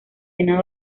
senado